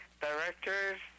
Directors